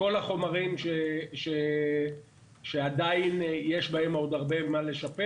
כל החומרים שעדיין יש בהם עוד הרבה מה לשפר